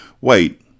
Wait